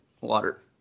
Water